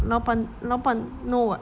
老板老板 know what